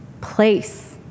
place